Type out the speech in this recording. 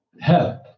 help